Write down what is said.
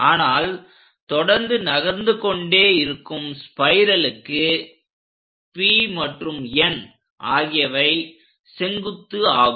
ஆனால் தொடர்ந்து நகர்ந்து கொண்டே இருக்கும் ஸ்பைரலுக்கு P மற்றும் N ஆகியவை செங்குத்து ஆகும்